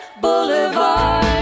Boulevard